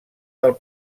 del